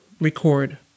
record